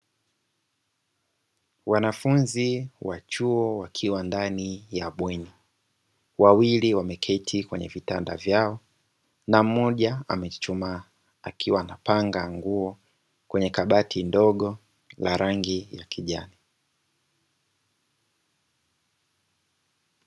Wanafunzi wa chuo wakiwa ndani ya bweni, wawili wameketi kwenye vitanda vyao na mmoja amechuchumaa akiwa anapanga nguo kwenye kabati ndogo la rangi ya kijani.